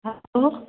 hello